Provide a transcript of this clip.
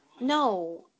No